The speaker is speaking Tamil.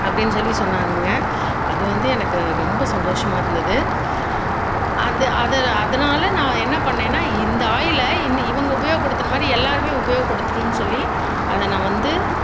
அப்படினு சொல்லி சொன்னாங்கங்க அது வந்து எனக்கு ரொம்ப சந்தோஷமாக இருந்தது அது அதை அதனால் நான் என்ன பண்ணேன்னா இந்த ஆயிலை இனி இவங்க உபயோகப்படுத்துன மாதிரி எல்லாருமே உபயோகப்படுத்துட்டுன்னு சொல்லி அதை நான் வந்து